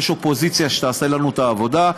יש אופוזיציה שתעשה לנו את העבודה,